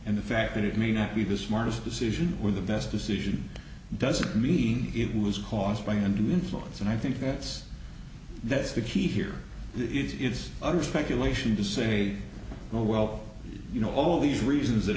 and the fact that it may not be the smartest decision with the best decision doesn't mean it was caused by an undue influence and i think that's that's the key here it is under speculation to say oh well you know all these reasons that